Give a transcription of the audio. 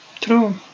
True